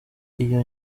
iyo